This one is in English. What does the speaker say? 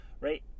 Right